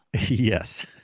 Yes